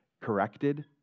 corrected